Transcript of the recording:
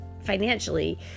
financially